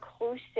inclusive